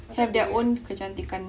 have their own kecantikan